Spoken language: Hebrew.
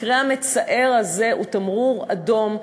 המקרה המצער הזה הוא תמרור אדום.